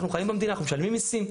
אנחנו חיים במדינה, אנחנו משלמים מיסים.